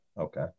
Okay